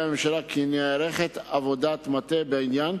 הממשלה כי נערכת עבודת מטה בעניין,